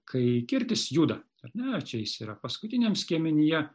kai kirtis juda ar ne čia jis yra paskutiniam skiemenyje